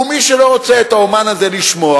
ומי שלא רוצה את האמן הזה לשמוע,